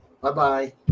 Bye-bye